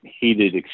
heated